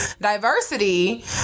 diversity